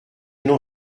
n’en